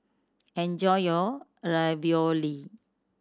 enjoy your Ravioli